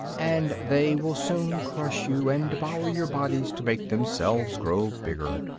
and they will soon crush you and devour your bodies to make themselves grow bigger.